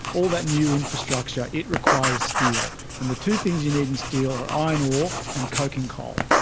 all that new infrastructure, it requires steel. and the two things you need in steel are iron ore and coking coal,